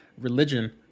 religion